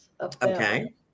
Okay